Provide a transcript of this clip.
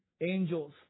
angels